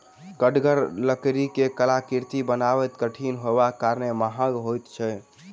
कड़गर लकड़ी सॅ कलाकृति बनायब कठिन होयबाक कारणेँ महग होइत छै